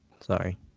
sorry